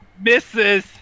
misses